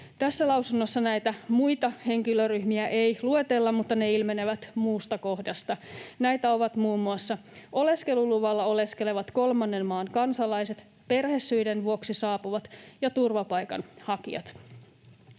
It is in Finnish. Tässä lausunnossa näitä muita henkilöryhmiä ei luetella, mutta ne ilmenevät muusta kohdasta. Näitä ovat muun muassa oleskeluluvalla oleskelevat kolmannen maan kansalaiset, perhesyiden vuoksi saapuvat ja turvapaikanhakijat.